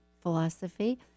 philosophy